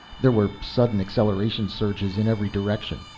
there were sudden acceleration surges in every direction.